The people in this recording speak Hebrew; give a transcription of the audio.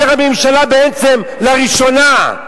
לא עניינית, כאשר הממשלה בעצם, לראשונה,